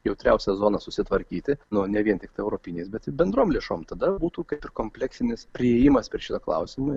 jautriausias zonas susitvarkyti no ne vien tiktai europiniais bet bendrom lėšom tada būtų kaip ir kompleksinis priėjimas prie šito klausimo